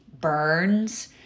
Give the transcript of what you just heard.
burns